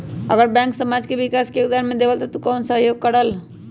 अगर बैंक समाज के विकास मे योगदान देबले त कबन सहयोग करल?